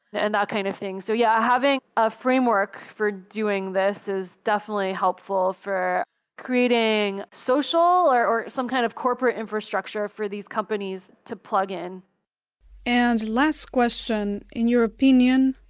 and that kind of thing. so yeah having a framework for doing this is definitely helpful for creating social, or or some kind of corporate infrastructure for these companies to plug in and last question in your opinion,